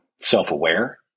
self-aware